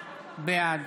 בעד